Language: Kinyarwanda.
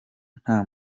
nta